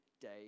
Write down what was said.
day